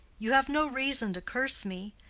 you have no reason to curse me.